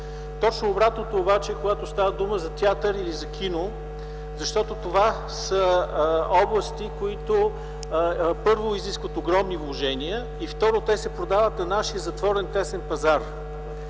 Точно обратното е обаче, когато става дума за театър или за кино. Това са области, които първо изискват огромни вложения и второ – те се продават на нашия затворен тесен пазар.